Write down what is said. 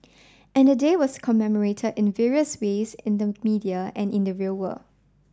and the day was commemorated in various ways in the media and in the real world